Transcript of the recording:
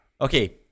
okay